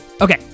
Okay